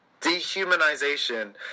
dehumanization